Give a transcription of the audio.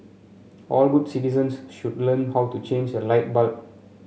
all good citizens should learn how to change a light bulb